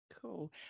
Cool